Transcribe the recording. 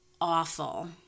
awful